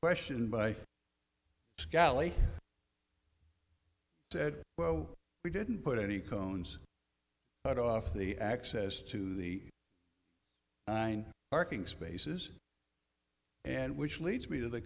question by scally said well we didn't put any cones right off the access to the nine parking spaces and which leads me to the